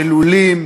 בלולים,